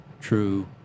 true